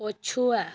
ପଛୁଆ